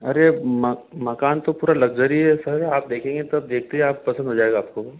अरे अब मकान तो पूरा लग्जरी है सर आप देखेंगे तब देखते ही आप पसंद हो जाएगा आपको वह